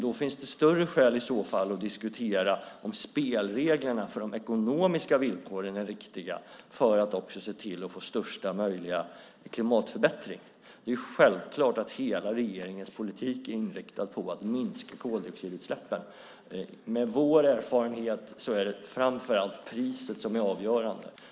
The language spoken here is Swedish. Då finns det större skäl att diskutera om spelreglerna för de ekonomiska villkoren är riktiga för att se till att få största möjliga klimatförbättring. Det är självklart att hela regeringens politik är inriktad på att minska koldioxidutsläppen. Vår erfarenhet är att det framför allt är priset som är avgörande.